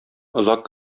озак